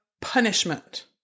punishment